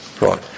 Right